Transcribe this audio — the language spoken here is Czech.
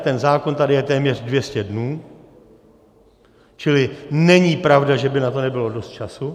Ten zákon je tady téměř 200 dnů, čili není pravda, že by na to nebylo dost času.